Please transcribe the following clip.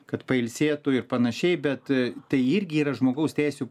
kad pailsėtų ir panašiai bet tai irgi yra žmogaus teisių